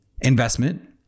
investment